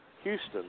Houston